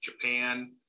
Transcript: Japan